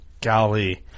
Golly